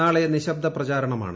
നാളെ നിശബ്ദ പ്രചാരണമാണ്